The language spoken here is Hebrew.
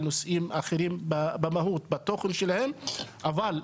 על המהות ועל התוכן.